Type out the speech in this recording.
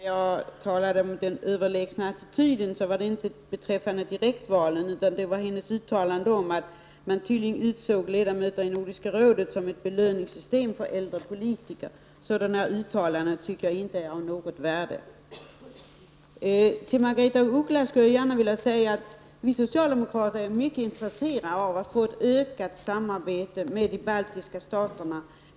Herr talman! Först skulle jag vilja säga till Marianne Samuelsson att när jag talade om den överlägsna attityden gällde det inte direktval utan uttalandet att valet av ledamöter i Nordiska rådet tydligen är att betrakta som en belöning till äldre politiker. Sådana uttalanden tycker jag inte är av något värde. Till Margaretha af Ugglas vill jag säga att vi socialdemokrater är mycket intresserade av att få ett ökat samarbete med de baltiska staterna.